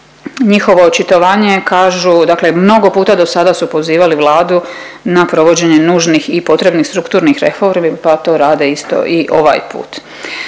njihovo očitovanje kažu, dakle mnogo puta dosada su pozivali Vladu na provođenje nužnih i potrebnih strukturnih reformi pa to rade isto i ovaj put.